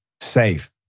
safe